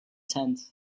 tent